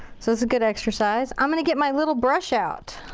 so it's a good exercise. i'm gonna get my little brush out.